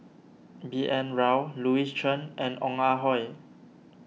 B N Rao Louis Chen and Ong Ah Hoi